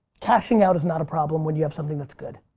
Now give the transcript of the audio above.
cashing out is not a problem when you have something that's good.